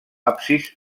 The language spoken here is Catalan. absis